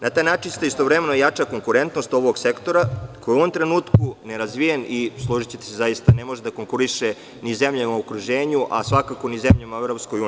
Na taj način se istovremeno jača konkurentnost ovog sektora koji je u ovom trenutku nerazvijen i, složićete se, ne može da konkuriše ni zemljama u okruženju, a svakako ni zemljama u EU.